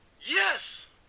Yes